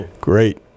Great